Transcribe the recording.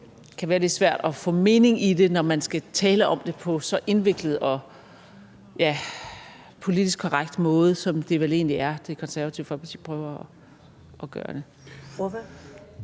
det kan være lidt svært at få mening i det, når man skal tale om det på en så indviklet og politisk korrekt måde, som vel egentlig er det, Det Konservative Folkeparti prøver at gøre.